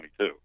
2022